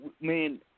Man